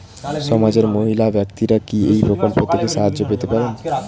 সমাজের মহিলা ব্যাক্তিরা কি এই প্রকল্প থেকে সাহায্য পেতে পারেন?